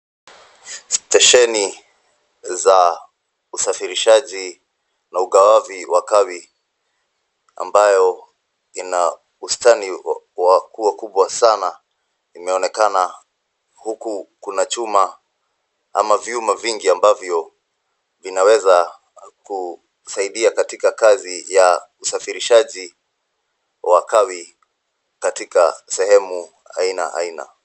Stesheni za usafirishaji na ugawavi wa kawi ambayo ina ustani wa kuwa kubwa sana inaonekana huku kuna chuma ama vyuma vingi ambavyo vinaweza kusaidia katika kazi ya usafirishaji wa kawi katika sehemu aina aina.